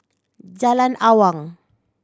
Jalan Awang